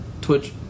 Twitch